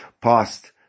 past